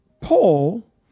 Paul